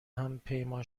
همپیمان